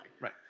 Right